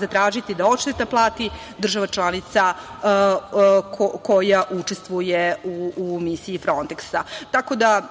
zatražiti da odšteta plati država članica koja učestvuje u misiji Fronteksa, tako da